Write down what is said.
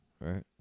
right